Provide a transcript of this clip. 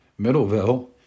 Middleville